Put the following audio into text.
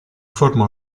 forma